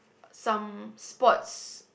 some sports